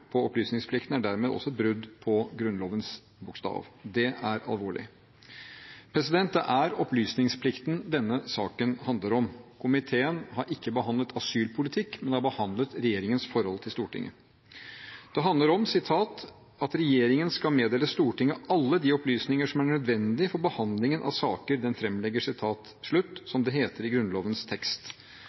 opplysningsplikten er dermed også brudd på Grunnlovens bokstav. Det er alvorlig. Det er opplysningsplikten denne saken handler om. Komiteen har ikke behandlet asylpolitikk, den har behandlet regjeringens forhold til Stortinget. Det handler om at «regjeringen skal meddele Stortinget alle de opplysninger som er nødvendig for behandlingen av de saker den fremlegger», som det heter i Grunnlovens tekst.